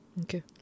Okay